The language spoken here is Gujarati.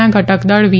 ના ઘટકદળ વી